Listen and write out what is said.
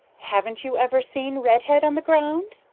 haven't you ever seen redhead on the ground?